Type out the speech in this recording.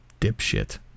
dipshit